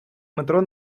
метро